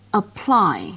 apply